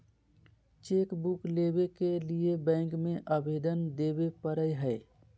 chequebook लेबे के लिए बैंक में अबेदन देबे परेय हइ